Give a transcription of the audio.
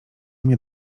mnie